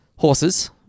Horses